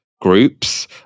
groups